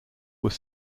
were